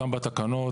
גם בתקנות,